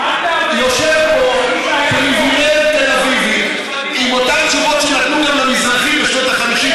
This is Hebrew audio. יושב פה פריבילג תל אביבי עם אותן תשובות שנתנו גם למזרחים בשנות ה-50,